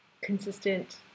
consistent